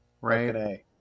right